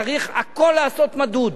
צריך הכול לעשות מדוד.